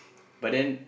but then